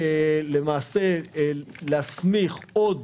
להסמיך עוד